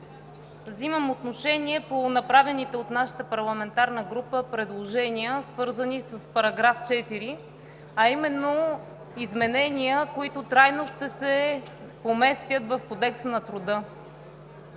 Взимам отношение по направените от нашата парламентарна група предложения, свързани с § 4, а именно изменения, които трайно ще се поместят в Кодекса на труда.